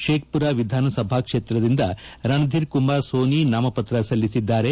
ಶೇಖ್ಪುರ ವಿಧಾನಸಭಾ ಕ್ಷೇತ್ರದಿಂದ ರಣಧೀರ್ಕುಮಾರ್ ಸೋನಿ ನಾಮಪತ್ರ ಸಲ್ಲಿಸಿದ್ದಾರೆ